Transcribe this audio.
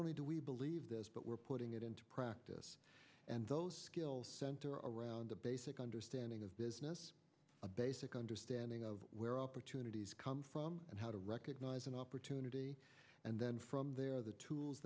only do we believe this but we're putting it into practice and those skills center around a basic understanding of business a basic understanding of where opportunities come from and how to recognize an opportunity and then from there the tools